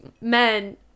men